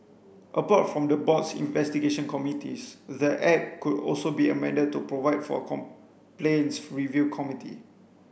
apart from the board's investigation committees the act could also be amended to provide for a complaints review committee